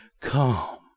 come